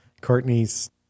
Courtney's